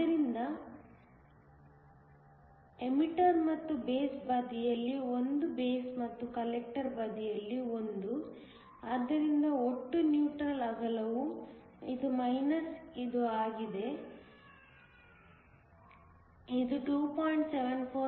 ಆದ್ದರಿಂದ ಎಮಿಟರ್ ಮತ್ತು ಬೇಸ್ ಬದಿಯಲ್ಲಿ ಒಂದು ಬೇಸ್ ಮತ್ತು ಕಲೆಕ್ಟರ್ ಬದಿಯಲ್ಲಿ ಒಂದು ಆದ್ದರಿಂದ ಒಟ್ಟು ನ್ಯೂಟ್ರಲ್ ಅಗಲವು ಇದು ಮೈನಸ್ ಇದು ಆಗಿದೆ ಇದು 2